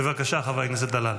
בבקשה, חבר הכנסת דלל.